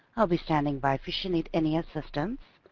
i'll be standing by if you should need any assistance.